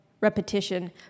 repetition